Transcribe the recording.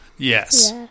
Yes